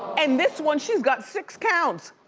and this one, she's got six counts.